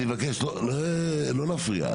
לא להפריע,